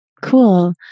Cool